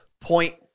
point